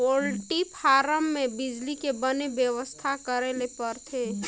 poultry farm में बिजली के बने बेवस्था करे ले परथे